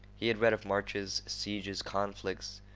he had read of marches, sieges, conflicts,